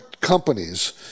companies